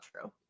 true